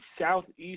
Southeast